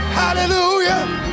hallelujah